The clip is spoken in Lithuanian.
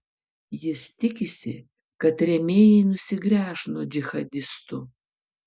jis tikisi kad rėmėjai nusigręš nuo džihadistų